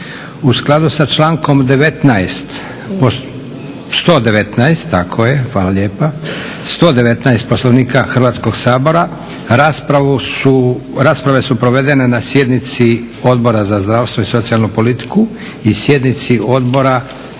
hvala lijepa. 119. Poslovnika Hrvatskog sabora rasprave su provedene na sjednici Odbora za zdravstvo i socijalnu politiku i sjednici Odbora